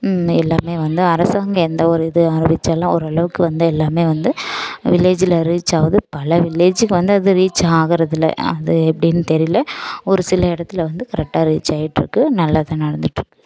எல்லாமே வந்து அரசாங்கம் எந்த ஒரு இது அறிவிச்சாலும் ஓரளவுக்கு வந்து எல்லாமே வந்து வில்லேஜில் ரீச்சாகுது பல வில்லேஜ்க்கு வந்து அது ரீச் ஆகுறது இல்லை அது எப்படின்னு தெரியல ஒரு சில இடத்துல வந்து கரெக்ட்டா ரீச் ஆகிட்டுருக்கு நல்லாதான் நடந்துட்டுருக்குது